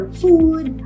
food